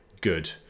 good